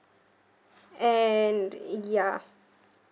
and ya